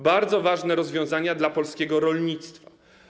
Bardzo ważne rozwiązania dla polskiego rolnictwa.